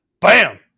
bam